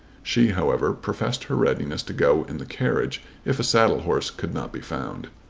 she however professed her readiness to go in the carriage if a saddle-horse could not be found.